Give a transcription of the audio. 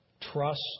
Trust